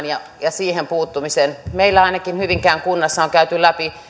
ja siihen puuttumisen ainakin meillä hyvinkään kunnassa on käyty läpi